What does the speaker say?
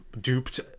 duped